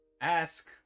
ask